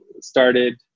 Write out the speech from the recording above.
started